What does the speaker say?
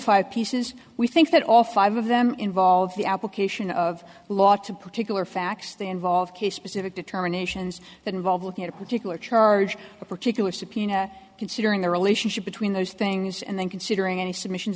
five pieces we think that all five of them involve the application of law to particular facts they involve case specific determinations that involve looking at a particular charge a particular subpoena considering the relationship between those things and then considering any submissions